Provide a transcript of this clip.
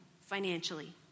Financially